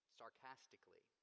sarcastically